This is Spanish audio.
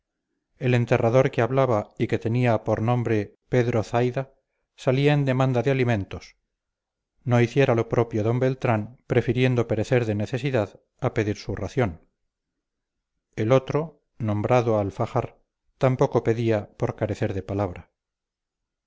el enterrador que hablaba y que tenía por nombre pedro zaida salía en demanda de alimentos no hiciera lo propio d beltrán prefiriendo perecer de necesidad a pedir su ración el otro nombrado alfajar tampoco pedía por carecer de palabra